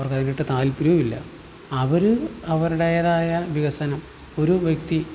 അവർക്ക് അതിനൊട്ട് താല്പര്യവും ഇല്ല അവര് അവരുടേതായ വികസനം ഒരു വ്യക്തി